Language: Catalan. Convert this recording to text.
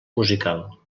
musical